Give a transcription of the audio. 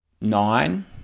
nine